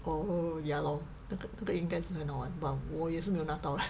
oh ya lor 这个应该是很好玩 but 我也是没有拿到